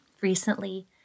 recently